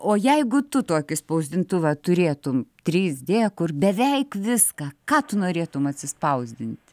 o jeigu tu tokį spausdintuvą turėtum trys d kur beveik viską ką tu norėtum atsispausdint